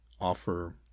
offer